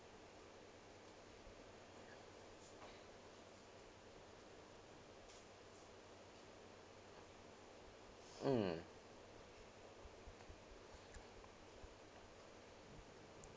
mm